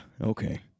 okay